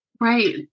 Right